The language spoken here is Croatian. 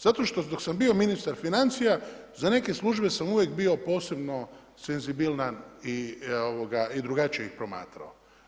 Zato što dok sam bio ministar financija za neke službe sam uvijek bio posebno senzibilan i drugačije ih promatrao.